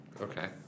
Okay